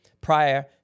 prior